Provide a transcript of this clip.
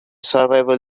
survival